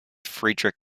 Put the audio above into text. frederick